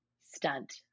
stunt